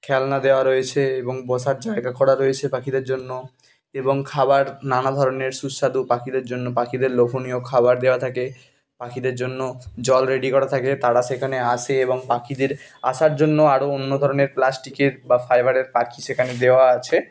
খেলনা দেওয়া রয়েছে এবং বসার জায়গা করা রয়েছে পাখিদের জন্য এবং খাবার নানা ধরনের সুস্বাদু পাখিদের জন্য পাখিদের লোভনীয় খাবার দেওয়া থাকে পাখিদের জন্য জল রেডি করা থাকে তারা সেখানে আসে এবং পাখিদের আসার জন্য আরো অন্য ধরনের প্লাস্টিকের বা ফাইবারের পাখি সেখানে দেওয়া আছে